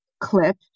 clip